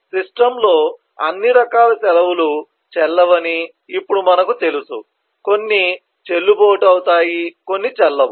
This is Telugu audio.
సిస్టమ్లో అన్ని రకాల సెలవులు చెల్లవని ఇప్పుడు మనకు తెలుసు కొన్ని చెల్లుబాటు అవుతాయి కొన్ని చెల్లవు